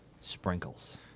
sprinkles